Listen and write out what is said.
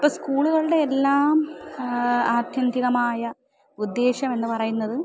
ഇപ്പം സ്കൂളുകളുടെ എല്ലാം ആത്യന്തികമായ ഉദ്ദേശം എന്നു പറയുന്നത്